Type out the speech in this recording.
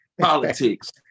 politics